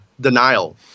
denial